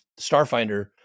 Starfinder